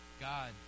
God